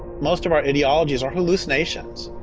most of our ideologies are hallucinations.